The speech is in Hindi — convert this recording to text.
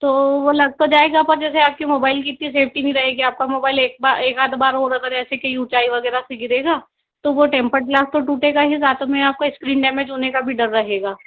तो वो लग तो जाएगा पर जैसे आपके मोबाइल कि इतनी सेफ्टी नहीं रहेगी आपका मोबाइल एक एक आध बार और गर ऐसे कहीं ऊंचाई वगैरह से गिरेगा तो वो टेम्पर्ट गिलास तो टूटेगा ही साथ में आपका स्क्रीन डैमेज होने का भी डर रहेगा